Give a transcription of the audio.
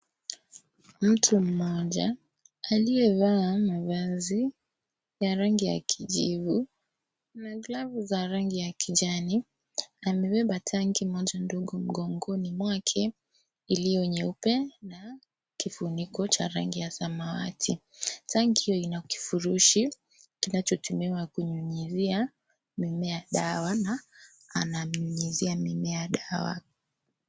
Mtu mmoja aliyevaa mavazi ya rangi ya kijivu na glavu za rangi ya kijana amebeba tanki moja ndogo mgongoni mwake iliyo nyeupe na kifuniko cha rangi ya samawati. Tanki hiyo ina kifurushi kinachotumiwa kunyunyuzia mimea dawa na ananyunyuzia mimea dawa.